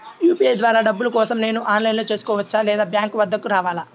UPI ద్వారా డబ్బులు కోసం నేను ఆన్లైన్లో చేసుకోవచ్చా? లేదా బ్యాంక్ వద్దకు రావాలా?